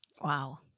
Wow